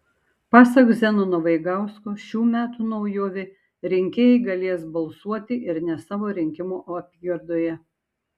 pasak zenono vaigausko šių metų naujovė rinkėjai galės balsuoti ir ne savo rinkimų apygardoje